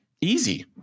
Easy